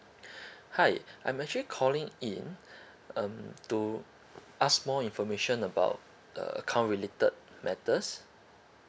hi I'm actually calling in um to ask more information about uh account related matters